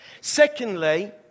Secondly